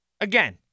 Again